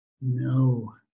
No